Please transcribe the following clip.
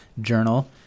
Journal